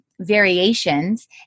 variations